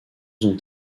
ont